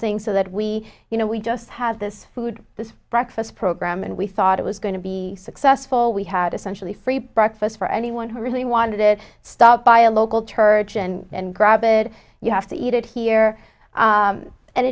things so that we you know we just have this food this breakfast program and we thought it was going to be successful we had essentially free breakfast for anyone who really wanted it stopped by a local church and grab it you have to eat it here